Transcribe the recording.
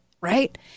Right